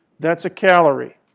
that's a calorie.